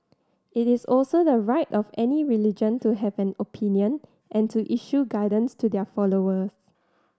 it is also the right of any religion to have an opinion and to issue guidance to their followers